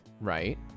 Right